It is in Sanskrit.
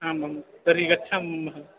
आम् आम् तर्हि गच्छामः